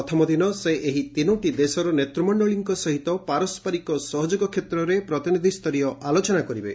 ପ୍ରଥମ ଦିନ ସେ ଏହି ତିନୋଟି ଦେଶର ନେତ୍ମଣ୍ଡଳୀଙ୍କ ସହିତ ପାରସ୍କରିକ ସହଯୋଗ କ୍ଷେତ୍ରରେ ପ୍ରତିନିଧି୍ତରୀୟ ଆଲୋଚନା କରିବେ